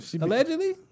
Allegedly